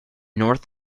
north